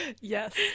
Yes